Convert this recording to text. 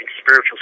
spiritual